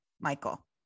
Michael